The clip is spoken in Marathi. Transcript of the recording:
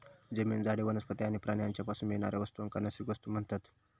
जमीन, झाडे, वनस्पती आणि प्राणी यांच्यापासून मिळणाऱ्या वस्तूंका नैसर्गिक वस्तू म्हणतत